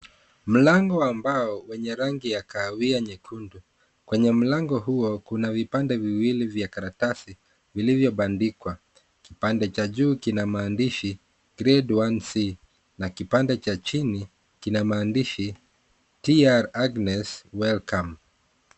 Mlango ambao wenye rangi ya kahawia nyekundu kwenye mlango huo kuna vipande viwili vya karatasi vilivyobandikwaa kipande cha juu kina maandishi grade 1c na cha pili kina maandishi TR Agnes welcome .